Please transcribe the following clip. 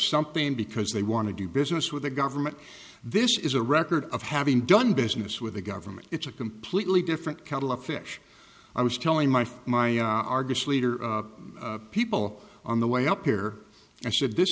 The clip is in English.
something because they want to do business with the government this is a record of having done business with the government it's a completely different kettle of fish i was telling my for my argus leader people on the way up here i said this